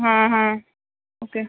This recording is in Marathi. हां हां ओके